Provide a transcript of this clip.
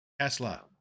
Tesla